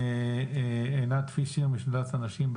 עינת פישר, משדולת הנשים,